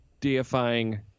Deifying